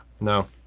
No